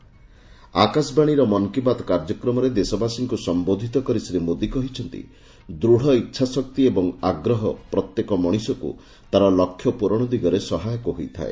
ଆକାଶବାଣୀର ମନ୍ କି ବାତ୍ କାର୍ଯ୍ୟକ୍ରମରେ ଦେଶବାସୀଙ୍କୁ ସମ୍ବୋଧିତ କରି ଶ୍ରୀ ମୋଦି କହିଛନ୍ତି ଦୃଢ଼ ଇଚ୍ଛାଶକ୍ତି ଏବଂ ଆଗ୍ରହ ପ୍ରତ୍ୟେକ ମଣିଷକ୍ତ ତା'ର ଲକ୍ଷ୍ୟ ପ୍ରରଣ ଦିଗରେ ସହାୟକ ହୋଇଥାଏ